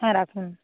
হ্যাঁ রাখুন